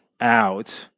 out